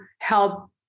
help